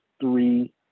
three